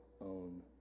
own